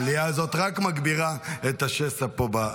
הדיונים פה, המליאה הזו רק מגבירה את השסע פה.